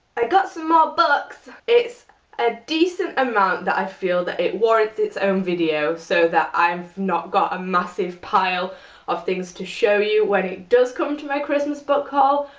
i got some more books. it's a decent amount that i feel that it warrants its own video, so that i've not got a massive pile of things to show you when it does come to my christmas book haul.